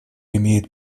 имеет